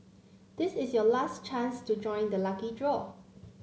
this is your last chance to join the lucky draw